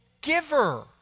giver